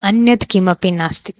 अन्यत् किमपि नास्ति